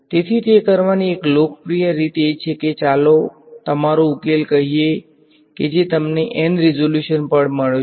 તેથી તે કરવાની એક લોકપ્રિય રીત એ છે કે ચાલો તમારો ઉકેલ કહીએ કે જે તમને N રીઝોલ્યુશન પર મળ્યો છે